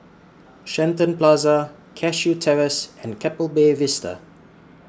Shenton Plaza Cashew Terrace and Keppel Bay Vista